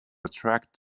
attract